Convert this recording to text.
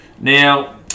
Now